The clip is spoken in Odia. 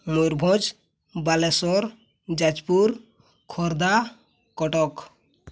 ବାଲେଶ୍ୱର ଯାଜପୁର ଖୋର୍ଦ୍ଧା କଟକ